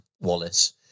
Wallace